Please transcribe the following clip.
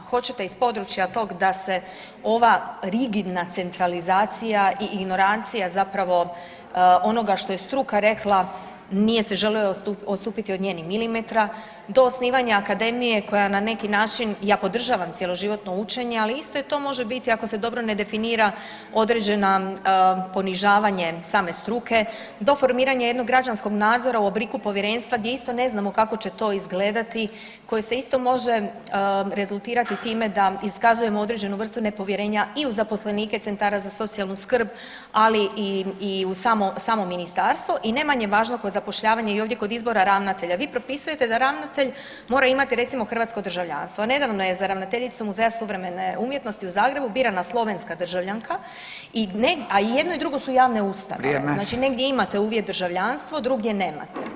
Hoćete iz područja tog da se ova rigidna centralizacija i ignorancija zapravo onoga što je struka rekla, nije se željelo odstupiti od nje ni milimetra, do osnivanja akademija, koja na neki način, ja podržavam cjeloživotno učenje, ali isto je to, može biti, ako se dobro ne definira određena, ponižavanje same struke do formiranja jednog građanskog nadzora u obliku povjerenstva gdje isto ne znamo kako će to izgledati, koje se isto može, rezultirati time da iskazujemo određenu vrstu nepovjerenja i u zaposlenike centara za socijalnu skrb, ali i u samo Ministarstvo, i ne manje važno, kod zapošljavanja i ovdje kod izbora ravnatelja, vi propisujete da ravnatelj mora imati, recimo, hrvatsko državljanstvo, a nedavno je za ravnateljicu Muzeja suvremene umjetnosti u Zagrebu birana slovenska državljanka, i ne, a i jedno i drugo su javne ustanove, znači [[Upadica: Vrijeme.]] negdje imate uvjet državljanstvo, drugdje nemate.